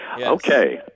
Okay